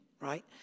Right